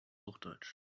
hochdeutsch